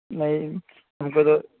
نہیں ہم کو تو